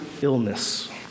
illness